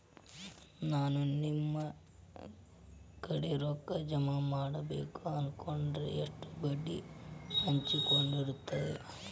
ನಾ ನಿಮ್ಮ ಕಡೆ ರೊಕ್ಕ ಜಮಾ ಮಾಡಬೇಕು ಅನ್ಕೊಂಡೆನ್ರಿ, ಎಷ್ಟು ಬಡ್ಡಿ ಹಚ್ಚಿಕೊಡುತ್ತೇರಿ?